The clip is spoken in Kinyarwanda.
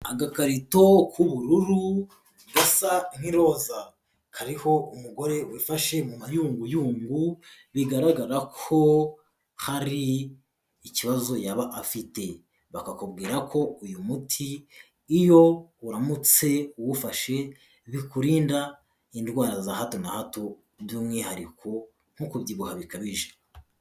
Agakarito k'ubururu gasa nk'iroza. Kariho umugore wifashe mu mayunguyungu bigaragara ko hari ikibazo yaba afite. Bakakubwira ko uyu muti iyo uramutse uwufashe bikurinda indwara za hato na hato, by'umwihariko nko kubyibuha bikabije.